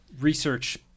research